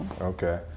okay